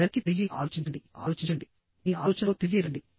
వెనక్కి తిరిగి ఆలోచించండి ఆలోచించండి మీ ఆలోచనలో తిరిగి రండి